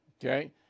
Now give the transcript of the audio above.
Okay